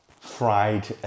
Fried